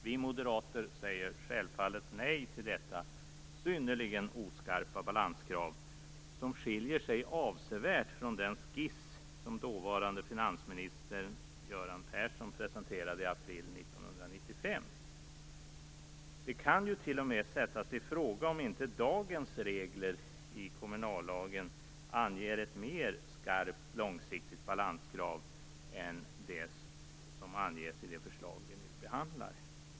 Vi moderater säger självfallet nej till detta synnerligen oskarpa balanskrav, som avsevärt skiljer sig från den skiss som den dåvarande finansministern, Göran Persson, i april 1995 presenterade. Det kan t.o.m. sättas i fråga om inte dagens regler i kommunallagen anger ett mera skarpt och långsiktigt balanskrav än det som anges i det förslag som vi nu behandlar.